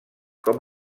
com